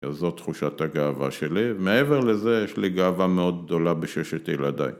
‫אז זו תחושת הגאווה שלי, ‫מעבר לזה יש לי גאווה מאוד גדולה ‫בששת ילדי